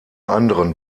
anderen